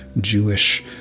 Jewish